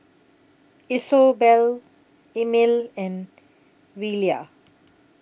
Isobel Emil and Velia